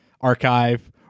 archive